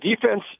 Defense